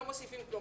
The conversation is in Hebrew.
לא מוסיפים כלום.